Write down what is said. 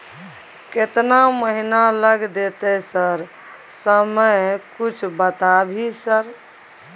केतना महीना लग देतै सर समय कुछ बता भी सर?